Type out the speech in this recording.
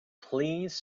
please